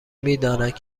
میدانند